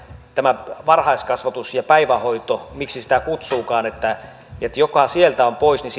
tämä varhaiskasvatus ja päivähoito miksi sitä kutsuukaan että jos sieltä on pois niin